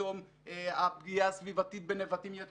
פתאום הפגיעה הסביבתית בנבטים יותר